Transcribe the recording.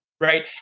Right